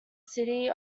city